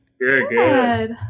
good